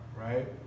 right